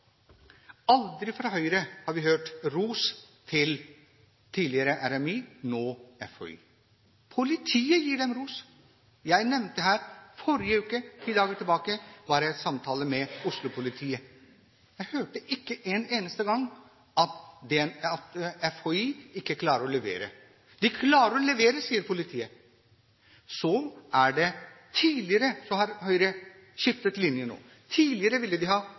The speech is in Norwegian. Aldri har vi hørt ros til tidligere Rettsmedisinsk institutt, RMI, nå Folkehelseinstituttet, FHI, fra Høyre. Politiet gir dem ros. Jeg nevnte at i forrige uke – for ti dager siden – var jeg i samtale med Oslo-politiet. Jeg hørte ikke en eneste gang at FHI ikke klarer å levere. De klarer å levere, sier politiet. Høyre har skiftet linje nå. Tidligere ville de ha